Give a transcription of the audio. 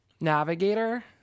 navigator